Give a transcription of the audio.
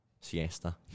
siesta